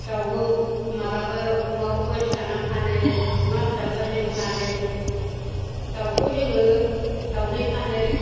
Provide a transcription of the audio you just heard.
दावबो माबाबो अमाखौबो सिथारनानै फानो अमा फिसाबो जों फानो दावखौ जोङो दावदै फानो